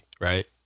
right